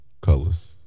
Colors